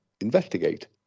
investigate